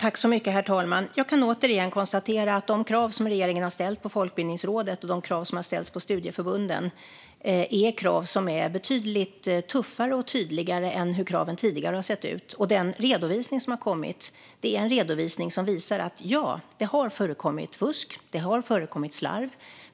Herr talman! Jag kan återigen konstatera att de krav som regeringen har ställt på Folkbildningsrådet och studieförbunden är betydligt tuffare och tydligare än hur kraven tidigare har sett ut. Redovisningen visar att det har förekommit fusk och slarv.